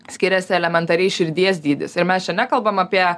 skiriasi elementariai širdies dydis ir mes čia nekalbam apie